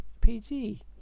PG